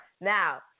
Now